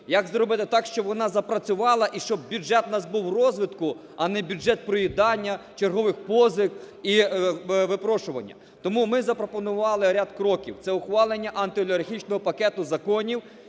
як зробити так, щоб вона запрацювала і щоб бюджет в нас був розвитку, а не бюджет проїдання, чергових позик і випрошування? Тому ми запропонували ряд кроків – це ухвалення антиолігархічного пакету законів,